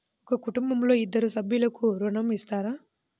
ఒక కుటుంబంలో ఇద్దరు సభ్యులకు ఋణం ఇస్తారా?